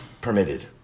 permitted